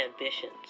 ambitions